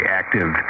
active